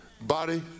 Body